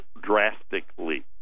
drastically